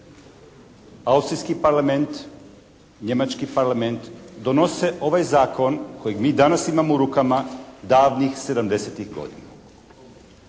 austrijski Parlament, njemački Parlament donose ovaj zakon kojeg mi danas imamo u rukama davnih '70.-ih godina.